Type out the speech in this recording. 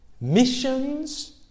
missions